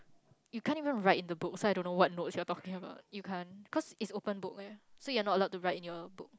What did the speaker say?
you can't even write in the book so I don't know what notes you're talking about you can't cause it's open book eh so you're not allowed to write in your book